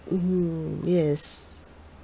mmhmm yes